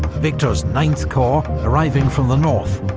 victor's ninth corps, arriving from the north,